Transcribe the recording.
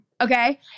Okay